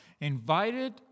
invited